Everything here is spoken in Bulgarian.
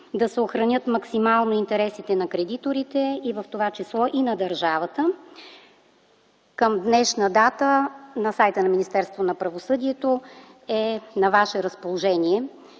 да се охранят максимално интересите на кредиторите и в това число и на държавата. Към днешна дата на сайта на Министерството на правосъдието е на ваше разположение